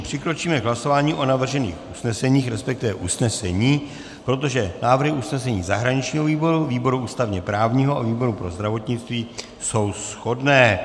Přikročíme k hlasování o navržených usneseních, respektive usnesení, protože návrhy usnesení zahraničního výboru, výboru ústavněprávního a výboru pro zdravotnictví jsou shodné.